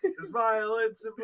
violence